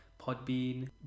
Podbean